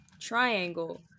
Triangle